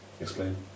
explain